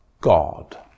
God